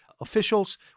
officials